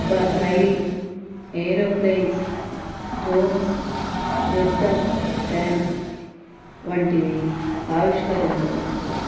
బ రైళ్ళు aeroplanes drones యుద్ధ ట్యాంక్స్ వంటివి ఆవిష్కరించబడ్డాయి